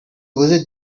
visit